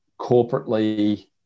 corporately